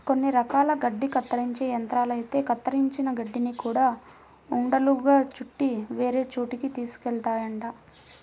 కొన్ని రకాల గడ్డి కత్తిరించే యంత్రాలైతే కత్తిరించిన గడ్డిని గూడా ఉండలుగా చుట్టి వేరే చోటకి తీసుకెళ్తాయంట